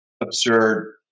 absurd